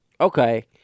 okay